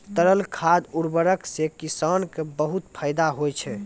तरल खाद उर्वरक सें किसान क बहुत फैदा होय छै